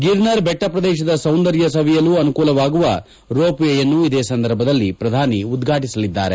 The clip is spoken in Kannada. ಗಿರ್ನರ್ ಬೆಟ್ಟ ಪ್ರದೇಶದ ಸೌಂದರ್ಯ ಸವಿಯಲು ಅನುಕೂಲವಾಗುವ ರೋಪ್ ವೇ ಯನ್ನು ಇದೇ ಸಂದರ್ಭದಲ್ಲಿ ಪ್ರಧಾನಿ ಉದ್ವಾಟಿಸಲಿದ್ದಾರೆ